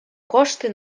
кошти